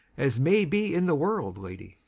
as may be in the world, lady.